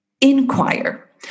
inquire